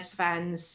fans